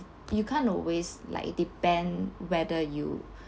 you can't always like depend whether you